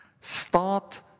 start